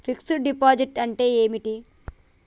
Fix డ్ deposit అంటే ఏమిటి?